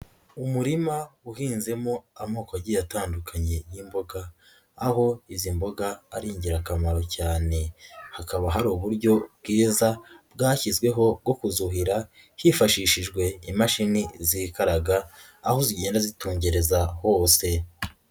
Umurima uhinzemo amokogi atandukanye y'imboga, aho izi mboga ari ingirakamaro cyane, hakaba hari uburyo bwiza bwashyizweho bwo kuzuhira hifashishijwe imashini zikaraga, aho zigenda zitongerezareza hose.